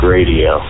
Radio